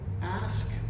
ask